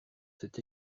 cet